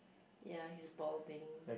ya he is balding